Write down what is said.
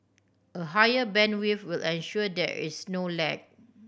a higher bandwidth will ensure there is no lag